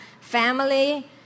family